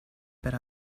per